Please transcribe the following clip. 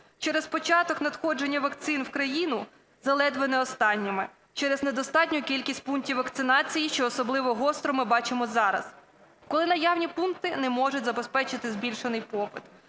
через початок надходження вакцин в країну ледве не останніми, через недостатню кількість пунктів вакцинації, що особливо гостро ми бачимо зараз, коли наявні пункти не можуть забезпечити збільшений попит.